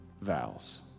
vows